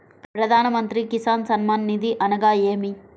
ప్రధాన మంత్రి కిసాన్ సన్మాన్ నిధి అనగా ఏమి?